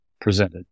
presented